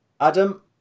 Adam